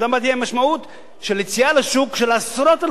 יציאה לשוק של עשרות אלפי דירות מוכנות למכירה.